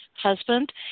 husband